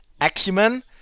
acumen